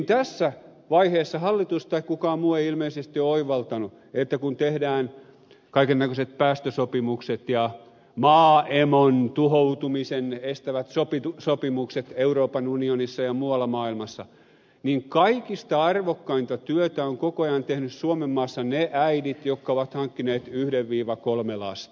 tässä vaiheessa hallitus tai kukaan muu ei ole ilmeisesti ole oivaltanut että kun tehdään kaiken näköiset päästösopimukset ja maaemon tuhoutumisen estävät sopimukset euroopan unionissa ja muualla maailmassa niin kaikista arvokkainta työtä ovat koko ajan tehneet suomenmaassa ne äidit jotka ovat hankkineet yhden kaksi kolme lasta